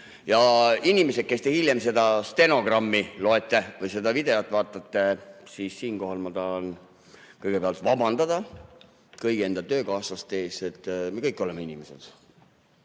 ja inimesed, kes te hiljem seda stenogrammi loete või seda videot vaatate! Siinkohal ma tahan kõigepealt vabandada kõigi enda töökaaslaste ees, et me kõik oleme inimesed.